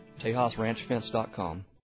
TejasRanchFence.com